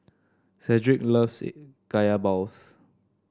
Cedric loves Kaya Balls